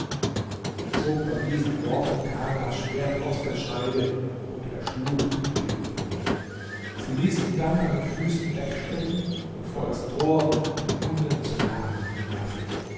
sie zog bei diesen worten kanas schwert aus der scheide und erschlug den beduinen sie ließ ihn dann an den füßen wegschleppen und vor das tor den hunden zur nahrung hinwerfen